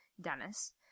Dennis